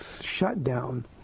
shutdown